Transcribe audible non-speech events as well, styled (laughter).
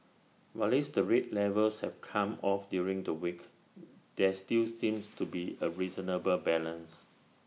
whilst the rate levels have come off during the week there still seems to be A reasonable (noise) balance